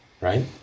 right